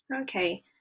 Okay